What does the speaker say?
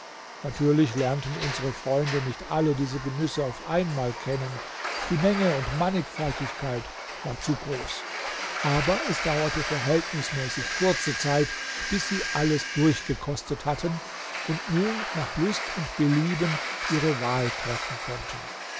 natürlich lernten unsre freunde nicht alle diese genüsse auf einmal kennen die menge und mannigfaltigkeit war zu groß aber es dauerte verhältnismäßig kurze zeit bis sie alles durchgekostet hatten und nun nach lust und belieben ihre wahl treffen konnten